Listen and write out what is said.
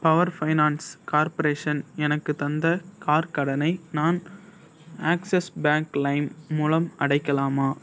power Finance Corporation எனக்கு தந்த car கடனை நான் ஆக்ஸஸ் பேங்க் லைம் மூலம் அடைக்கலாமா